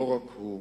לא רק הוא.